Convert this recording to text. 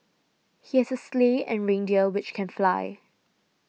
he has a sleigh and reindeer which can fly